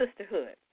sisterhood